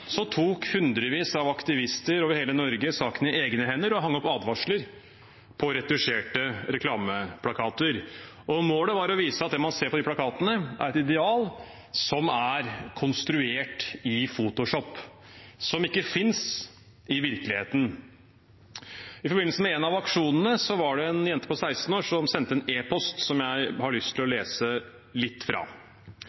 tok hundrevis av aktivister over hele Norge saken i egne hender og hengte opp advarsler på retusjerte reklameplakater. Målet var å vise at det man ser på plakatene, er et ideal som er konstruert i Photoshop, som ikke finnes i virkeligheten. I forbindelse med en av aksjonene var det en jente på 16 år som sendte en e-post som jeg har lyst til å